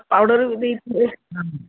powder ବି